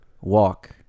walk